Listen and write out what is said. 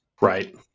Right